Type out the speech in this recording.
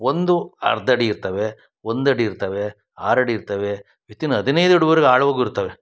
ಒಂದು ಅರ್ಧ ಅಡಿ ಇರ್ತವೆ ಒಂದು ಅ ಇರ್ತವೆ ಆರು ಅಡಿ ಇರ್ತಾವೆ ವಿತಿನ್ ಹದಿನೈದು ಅಡಿವರ್ಗೆ ಆಳ್ವಾಗಿ ಇರ್ತವೆ